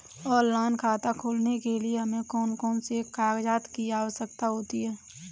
Online खाता खोलने के लिए हमें कौन कौन से कागजात की आवश्यकता होती है?